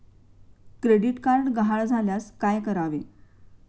Credit card गहाळ झाल्यास काय करावे?